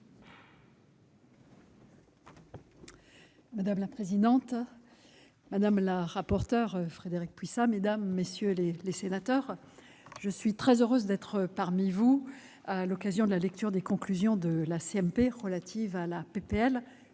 Madame la présidente, madame la rapporteure Frédérique Puissat, mesdames, messieurs les sénateurs, je suis très heureuse d'être parmi vous à l'occasion de la lecture des conclusions de la commission mixte